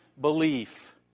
belief